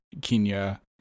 kenya